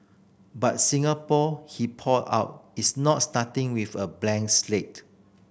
but Singapore he pointed out is not starting with a blank slate